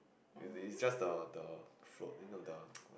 it's it's just the the float you know the